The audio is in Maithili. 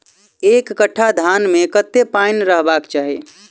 एक कट्ठा धान मे कत्ते पानि रहबाक चाहि?